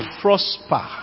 prosper